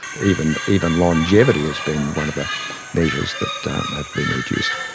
even even longevity has been one of the measures that have been reduced.